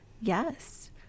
Yes